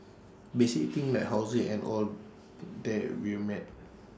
basic things like housing and all that were met